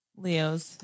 Leos